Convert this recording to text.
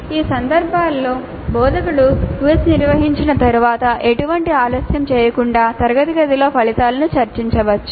ఈ సందర్భంలో బోధకుడు క్విజ్ నిర్వహించిన తర్వాత ఎటువంటి ఆలస్యం లేకుండా తరగతి గదిలో ఫలితాలను చర్చించవచ్చు